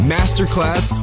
Masterclass